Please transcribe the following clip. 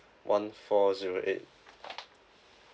one four zero eight